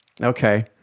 Okay